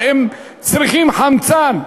שצריכים חמצן.